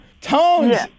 Tones